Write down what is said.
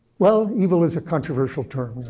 well, evil is a controversial term.